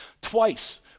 Twice